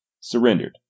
surrendered